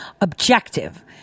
objective